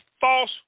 false